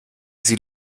sie